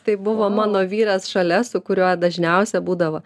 tai buvo mano vyras šalia su kuriuo dažniausia būdavo